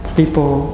people